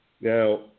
Now